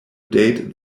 date